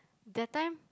that time